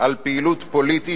על פעילות פוליטית,